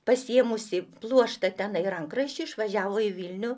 pasiėmusi pluoštą tenai rankraščių išvažiavo į vilnių